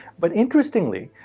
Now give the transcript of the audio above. but interestingly,